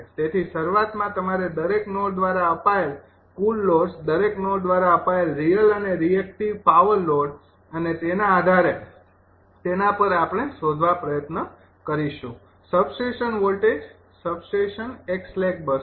તેથી શરૂઆતમાં તમારે દરેક નોડ દ્વારા અપાયેલ કુલ લોડ્સ દરેક નોડ દ્વારા અપાયેલ રિયલ અને રિએક્ટિવ પાવર લોડ અને તેના આધારે તેના પર આપણે શોધવા પ્રયત્ન કરીશું સબસ્ટેશન વોલ્ટેજ સબસ્ટેશન એક સ્લેક બસ છે